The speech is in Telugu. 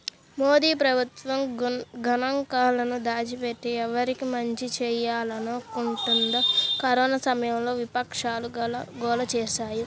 మోదీ ప్రభుత్వం గణాంకాలను దాచిపెట్టి, ఎవరికి మంచి చేయాలనుకుంటోందని కరోనా సమయంలో విపక్షాలు గోల చేశాయి